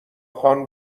خان